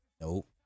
Nope